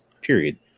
period